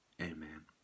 Amen